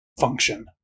function